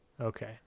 okay